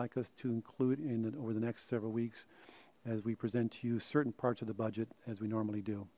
like us to include in over the next several weeks as we present to you certain parts of the budget as we normally